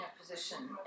position